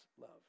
love